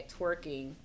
twerking